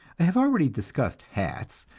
i have already discussed hats,